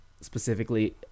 specifically